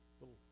little